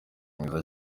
mwiza